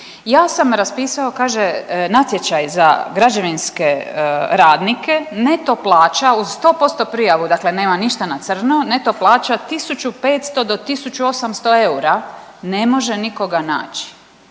ja sam raspisao, kaže, natječaj za građevinske radnike neto plaća u 100% prijavu, dakle nema ništa na crno, dakle neto plaća 1500 do 1800 eura, ne može nikoga naći,